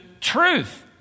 truth